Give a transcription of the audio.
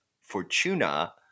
Fortuna